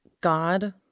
God